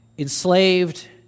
enslaved